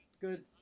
Good